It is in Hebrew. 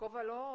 בכובע לא מקצועי,